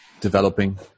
developing